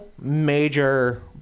major